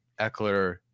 Eckler